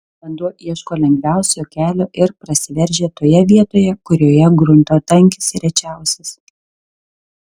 vanduo ieško lengviausio kelio ir prasiveržia toje vietoje kurioje grunto tankis rečiausias